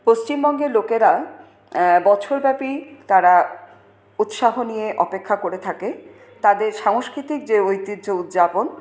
পশ্চিমবঙ্গের লোকেরা বছরব্যাপী তারা উৎসাহ নিয়ে অপেক্ষা করে থাকে তাদের সাংস্কৃতিক যে ঐতিহ্য উদযাপন